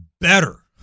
better